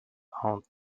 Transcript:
aunt